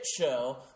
show